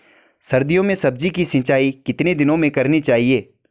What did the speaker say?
सर्दियों में सब्जियों की सिंचाई कितने दिनों में करनी चाहिए?